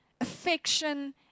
affection